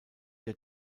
der